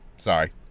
Sorry